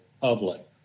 public